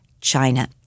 China